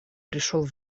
пришел